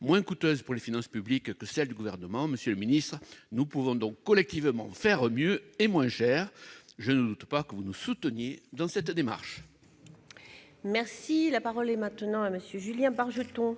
moins coûteuse pour les finances publiques que celle du Gouvernement : monsieur le ministre, nous pouvons donc collectivement faire mieux et moins cher ! Je ne doute pas que vous nous souteniez dans cette démarche. La parole est à M. Julien Bargeton,